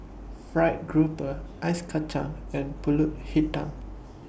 Fried Grouper Ice Kacang and Pulut Hitam